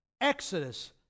Exodus